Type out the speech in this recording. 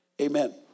Amen